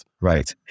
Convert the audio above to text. Right